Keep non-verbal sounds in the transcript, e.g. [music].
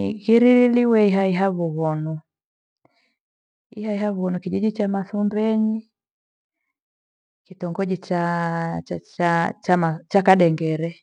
Nikiririniwe hiya hiya vughonu, hiya hiya vughonu kijiji cha masumbeni kitongoji cha [hesitation] kadengere